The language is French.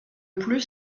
plus